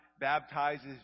baptizes